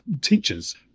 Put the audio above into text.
teachers